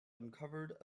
uncovered